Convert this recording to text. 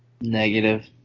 Negative